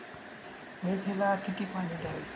मेथीला किती पाणी द्यावे?